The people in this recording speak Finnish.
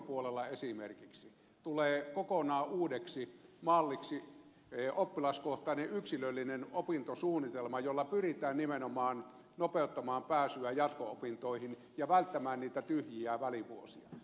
lukiopuolella esimerkiksi tulee kokonaan uudeksi malliksi oppilaskohtainen yksilöllinen opintosuunnitelma jolla pyritään nimenomaan nopeuttamaan pääsyä jatko opintoihin ja välttämään niitä tyhjiä välivuosia